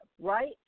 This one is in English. right